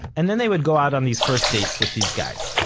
and then they would go out on these first dates with these guys.